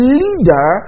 leader